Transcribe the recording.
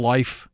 Life